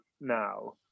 now